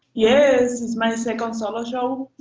yes! it's my second solo show,